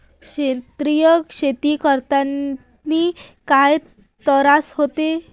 सेंद्रिय शेती करतांनी काय तरास होते?